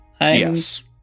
Yes